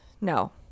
No